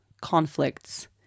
conflicts